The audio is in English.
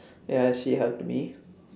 ya she helped me